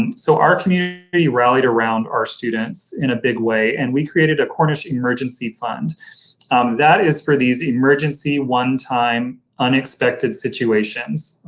and so our community rallied around our students in a big way, and we created a cornish emergency fund that is for these emergency, one-time, unexpected situations,